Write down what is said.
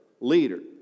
leader